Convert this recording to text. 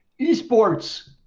eSports